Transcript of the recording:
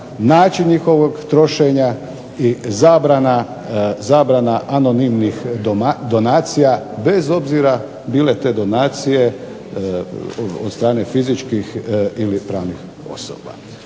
način njihovog trošenja i zabrana anonimnih donacija bez obzira bile te donacije od strane fizičkih ili pravnih osoba.